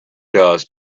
dust